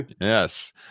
Yes